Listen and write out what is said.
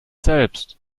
selbst